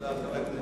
תודה לחבר הכנסת.